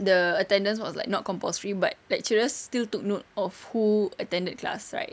the attendance was like not compulsory but lecturers still took note of who attended class right